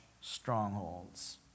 strongholds